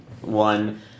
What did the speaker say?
one